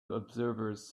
observers